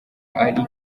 ari